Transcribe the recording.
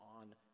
on